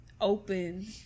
open